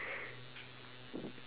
<S<